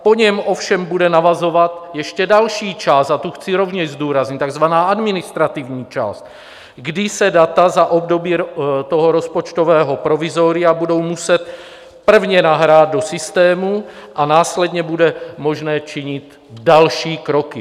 Po něm ovšem bude navazovat ještě další část, a tu chci rovněž zdůraznit, takzvaná administrativní část, kdy se data za období rozpočtového provizoria budou muset prvně nahrát do systému a následně bude možné činit další kroky.